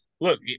Look